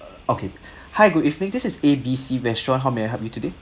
okay hi good evening this is A B C restaurant how may I help you today